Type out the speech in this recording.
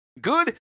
Good